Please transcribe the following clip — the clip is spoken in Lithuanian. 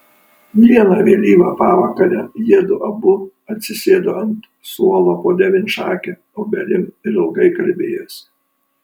vieną vėlyvą pavakarę jiedu abu atsisėdo ant suolo po devynšake obelim ir ilgai kalbėjosi